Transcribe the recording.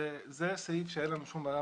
באופן שיאפשר לעשות את הדיון כמה